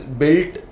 built